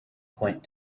point